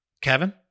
Kevin